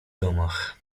domach